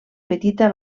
petita